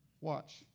Watch